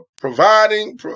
providing